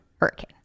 Hurricane